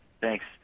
Thanks